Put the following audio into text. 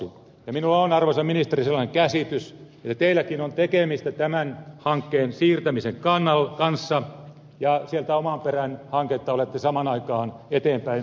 minulla on arvoisa ministeri sellainen käsitys että teilläkin on tekemistä tämän hankkeen siirtämisen kanssa ja oman perän hanketta olette samaan aikaan eteenpäin viemässä